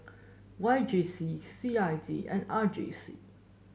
Y J C C I D and R J C